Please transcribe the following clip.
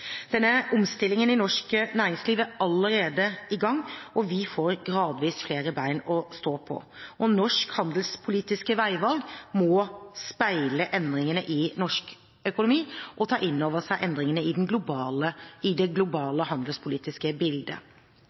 Denne omstillingen i norsk næringsliv er allerede i gang, og vi får gradvis flere bein å stå på. Norske handelspolitiske veivalg må speile endringene i norsk økonomi og ta inn over seg endringene i det globale handelspolitiske bildet. Den globale handelspolitikken utformes i